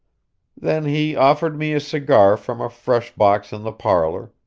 then he offered me a cigar from a fresh box in the parlour,